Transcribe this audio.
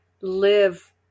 Live